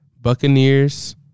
Buccaneers